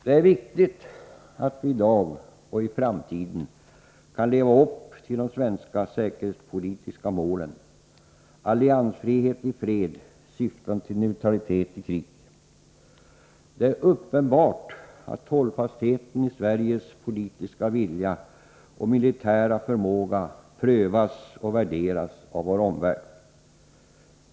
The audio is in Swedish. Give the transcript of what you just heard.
Det är viktigt att vi i dag och i framtiden kan leva upp till de svenska säkerhetspolitiska målen — alliansfrihet i fred, syftande till neutralitet i krig. Det är uppenbart att hållfastheten i Sveriges politiska vilja och militära förmåga prövas och värderas av vår omvärld.